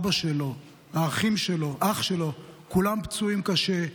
אבא שלו, האחים שלו, אח שלו, כולם פצועים קשה.